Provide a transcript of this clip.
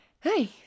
hey